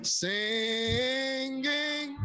singing